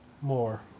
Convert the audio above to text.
more